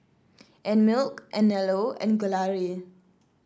Einmilk Anello and Gelare